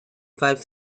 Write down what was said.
five